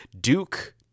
Duke